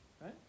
right